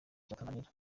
cyatunanira